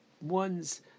one's